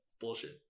bullshit